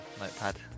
notepad